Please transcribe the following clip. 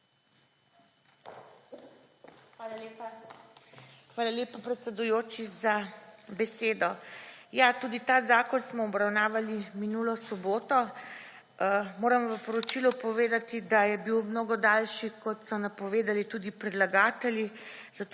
Hvala lepa. Hvala lepa, predsedujoči, za besedo. Ja, tudi ta zakon smo obravnavali minulo soboto. Moram v poročilu povedati, da je bil mnogo daljši kot so napovedali tudi predlagatelji, zato